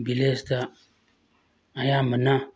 ꯚꯤꯂꯦꯖꯇ ꯑꯌꯥꯝꯕꯅ